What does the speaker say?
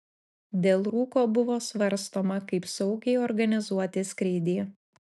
dėl rūko buvo svarstoma kaip saugiai organizuoti skrydį